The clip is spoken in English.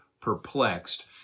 perplexed